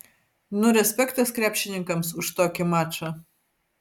nu respektas krepšininkams už tokį mačą